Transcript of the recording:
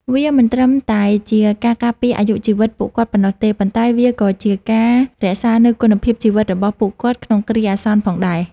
វាមិនត្រឹមតែជាការការពារអាយុជីវិតពួកគាត់ប៉ុណ្ណោះទេ ប៉ុន្តែវាក៏ជាការរក្សានូវគុណភាពជីវិតរបស់ពួកគាត់ក្នុងគ្រាអាសន្នផងដែរ។